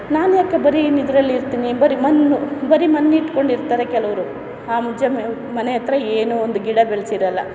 ನಾನು ಏಕೆ ಬರೀ ಇನ್ನು ಇದರಲ್ಲೇ ಇರ್ತೀನಿ ಬರಿ ಮಣ್ಣು ಬರೀ ಮಣ್ಣು ಇಟ್ಕೊಂಡು ಇರ್ತಾರೆ ಕೆಲವರು ಆ ಜಮೆ ಮನೆ ಹತ್ತಿರ ಏನು ಒಂದು ಗಿಡ ಬೆಳೆಸಿರಲ್ಲ